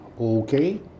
Okay